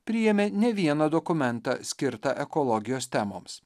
priėmė ne vieną dokumentą skirtą ekologijos temoms